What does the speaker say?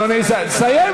סיים.